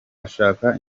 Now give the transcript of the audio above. ashaka